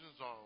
on